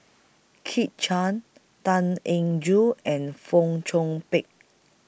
Kit Chan Tan Eng Joo and Fong Chong Pik